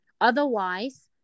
Otherwise